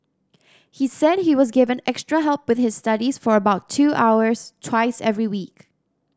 he said he was given extra help with his studies for about two hours twice every week